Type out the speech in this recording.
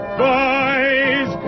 boys